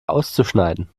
auszuschneiden